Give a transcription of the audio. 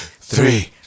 Three